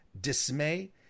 dismay